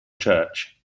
church